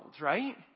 right